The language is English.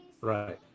Right